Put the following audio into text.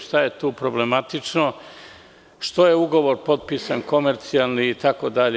Šta je tu problematično što je ugovor potpisan komercijalni itd?